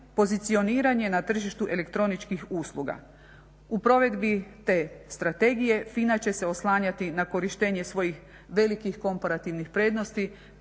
pozicioniranje na tržištu elektroničkih usluga. U provedbi te strategije FINA će se oslanjati na korištenje svojih velikih komparativnih prednosti